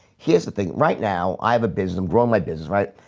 here's the thing right now. i have a business. i'm growing my business, right?